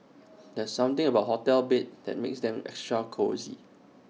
there's something about hotel beds that makes them extra cosy